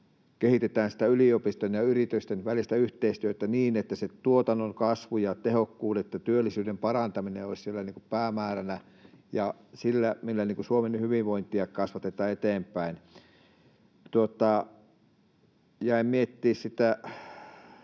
kehitetään yliopistojen ja yritysten välistä yhteistyötä niin, että se tuotannon kasvu ja tehokkuuden ja työllisyyden parantaminen olisi siellä päämääränä, se, millä Suomen hyvinvointia kasvatetaan eteenpäin. Jäin miettimään sitä,